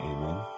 Amen